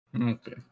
Okay